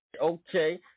okay